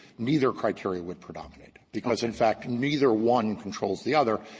neither criteria would predominate, because, in fact, neither one controls the other.